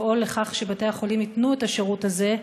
לפעול לכך שבתי-החולים ייתנו את השירות הזה.